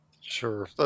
Sure